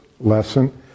lesson